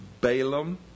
Balaam